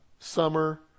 Summer